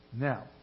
Now